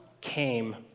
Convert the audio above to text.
came